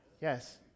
Yes